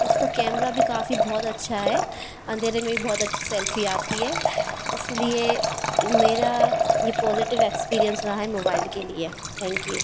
इसका कैमेरा भी काफ़ी बहुत अच्छा है अंधेरे मे भी बहुत अच्छी सेल्फ़ी आती है इस लिए मेरा ये पोजेटिव एक्सपीरिएन्स रहा है मोबाईल के लिए थैंक यू